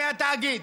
מהתאגיד?